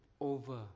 over